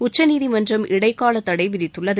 உச்சநீதிமன்றம் இடைக்கால தடை விதித்துள்ளது